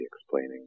explaining